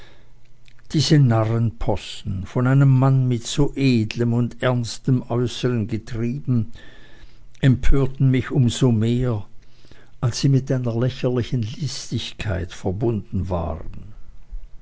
diese narrenpossen von einem manne mit so edlem und ernstem äußern getrieben empörten mich um so mehr als sie mit einer lächerlichen listigkeit verbunden waren